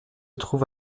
trouve